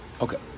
Okay